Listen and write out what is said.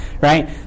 right